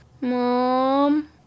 mom